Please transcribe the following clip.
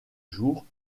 jours